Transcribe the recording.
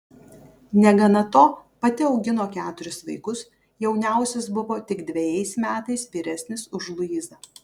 negana to pati augino keturis vaikus jauniausias buvo tik dvejais metais vyresnis už luizą